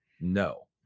no